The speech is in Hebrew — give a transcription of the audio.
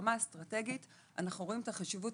ברמה האסטרטגית אנחנו רואים את החשיבות